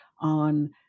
on